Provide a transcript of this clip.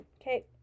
okay